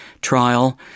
trial